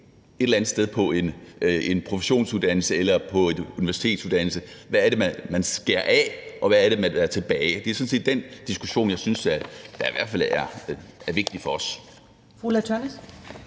et eller andet sted på en professionsuddannelse eller på en universitetsuddannelse. Hvad er det, man skærer fra, og hvad er det, der er tilbage? Det er sådan set den diskussion, der i hvert fald er vigtig for os.